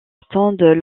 attendent